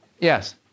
Yes